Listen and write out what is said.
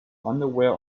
underwear